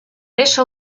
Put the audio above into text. eso